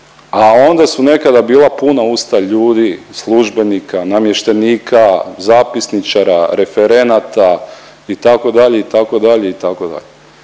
a onda su nekada bila puna usta ljudi, službenika, namještenika, zapisničara, referenata itd., itd., itd.,